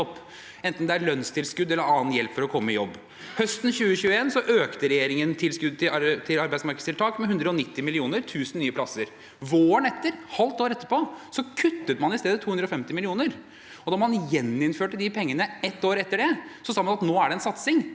enten det gjelder lønnstilskudd eller annen hjelp for å komme i jobb. Høsten 2021 økte regjeringen tilskudd til arbeidsmarkedstiltak med 190 mill. kr, 1 000 nye plasser. Våren etter, altså et halvt år etter, kuttet man i stedet 250 mill. kr, og da man gjeninnførte de pengene ett år etter, sa man at nå var det satsing,